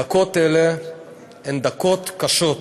דקות אלה הן דקות קשות.